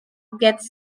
gets